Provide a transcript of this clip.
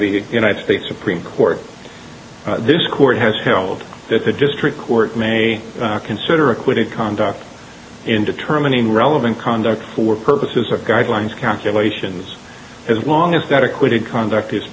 the united states supreme court this court has held that the district court may consider acquitted conduct in determining relevant conduct for purposes of guidelines calculations as long as that acquitted conduct is